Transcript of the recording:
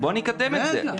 בוא נקדם את זה.